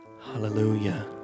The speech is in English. hallelujah